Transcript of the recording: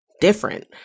different